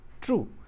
True